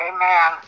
Amen